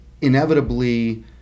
inevitably